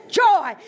joy